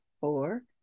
four